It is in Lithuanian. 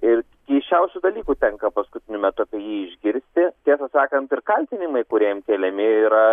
ir keisčiausių dalykų tenka paskutiniu metu apie jį išgirsti tiesą sakant ir kaltinimai kurie jam keliami yra